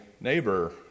neighbor